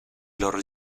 loro